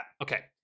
okay